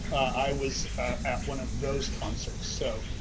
i was at one of those concerts, so,